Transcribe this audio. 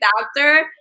doctor